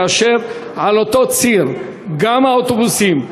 כאשר על אותו ציר גם האוטובוסים,